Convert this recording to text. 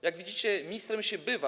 Jak widzicie, ministrem się bywa.